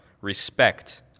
respect